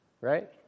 right